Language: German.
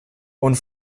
und